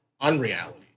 unreality